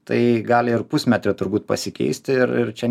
tai gali ir pusmetriu turbūt pasikeisti ir čia